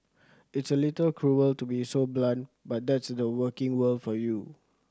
it's a little cruel to be so blunt but that's the working world for you